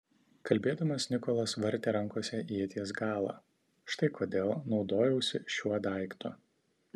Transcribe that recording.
kalbėdamas nikolas vartė rankose ieties galą štai kodėl naudojausi šiuo daiktu